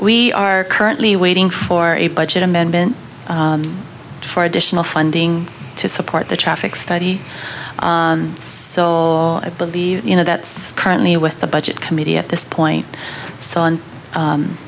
we are currently waiting for a budget amendment for additional funding to support the traffic study so i believe you know that's currently with the budget committee at this point so on u